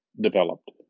developed